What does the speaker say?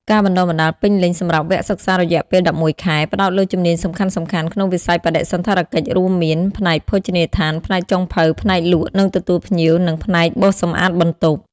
ការបណ្តុះបណ្តាលពេញលេញ សម្រាប់វគ្គសិក្សារយៈពេល ១១ ខែ ផ្តោតលើជំនាញសំខាន់ៗក្នុងវិស័យបដិសណ្ឋារកិច្ច រួមមាន ផ្នែកភោជនីយដ្ឋាន ផ្នែកចុងភៅ ផ្នែកលក់ និងទទួលភ្ញៀវ និងផ្នែកបោសសម្អាតបន្ទប់។